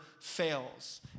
fails